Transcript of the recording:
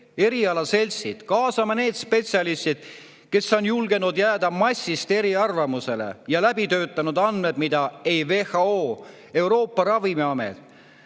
erialaseltsid, kaasame need spetsialistid, kes on julgenud jääda massist erinevale arvamusele ja läbi töötanud andmed, mille puhul ei WHO, Euroopa Ravimiamet,